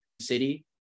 city